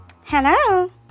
Hello